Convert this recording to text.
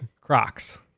Crocs